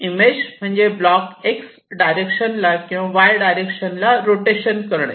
image म्हणजे block X direction ला किंवा वाय डायरेक्शन ला रोटेशन करणे